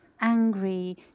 angry